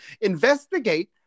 investigate